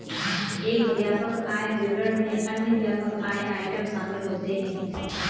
एक व्यापक आय विवरण में अन्य व्यापक आय आइटम शामिल होते हैं